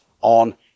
on